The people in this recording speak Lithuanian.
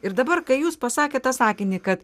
ir dabar kai jūs pasakėt tą sakinį kad